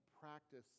practice